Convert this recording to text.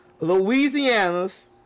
Louisiana's